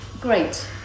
Great